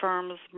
Firms